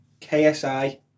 KSI